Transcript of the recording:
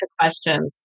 questions